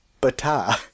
Bata